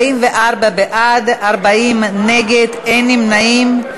44 בעד, 40 נגד, אין נמנעים.